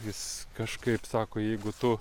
jis kažkaip sako jeigu tu